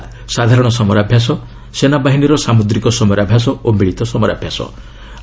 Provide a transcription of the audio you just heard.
ସେଗୁଡ଼ିକ ହେଲା ସାଧାରଣ ସମରାଭ୍ୟାସ ସେନାବାହିନୀର ସାମୁଦ୍ରିକ ସମରାଭ୍ୟାସ ଓ ମିଳିତ ସମରାଭ୍ୟାସ